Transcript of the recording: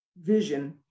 vision